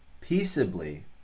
peaceably